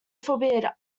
forbid